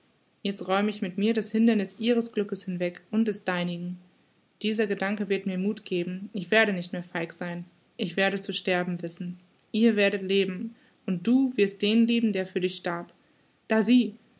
jetzt räum ich mit mir das hinderniß ihres glückes hinweg und des deinigen dieser gedanke wird mir muth geben ich werde nicht mehr feig sein ich werde zu sterben wissen ihr werdet leben und du wirst den lieben der für dich starb da sieh